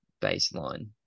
baseline